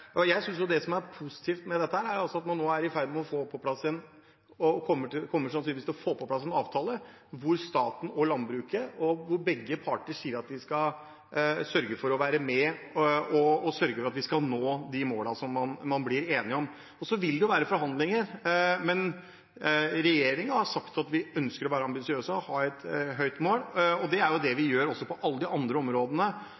Det som er positivt med dette, er at man nå sannsynligvis kommer til å få på plass en avtale hvor staten og landbruket, begge parter, sier de skal være med og sørge for å nå de målene man blir enige om. Så vil det jo være forhandlinger, men regjeringen har sagt at vi ønsker å være ambisiøse og ha et høyt mål. Det gjør vi jo på alle de andre områdene også, vi har høye mål for å redusere utslippene. Det er det som ligger til grunn her også, men det